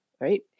right